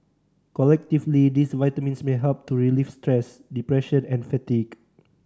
collectively these vitamins may help to relieve stress depression and fatigue